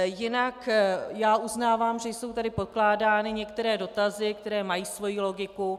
Jinak já uznávám, že jsou tady pokládány některé dotazy, které mají svoji logiku.